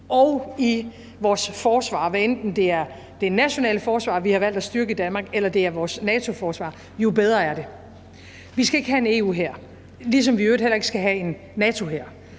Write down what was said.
og i vores forsvar, hvad enten det er det nationale forsvar, vi har valgt at styrke i Danmark, eller det er vores NATO-forsvar, jo bedre er det. Vi skal ikke have en EU-hær, ligesom vi i øvrigt heller ikke skal have en NATO-hær.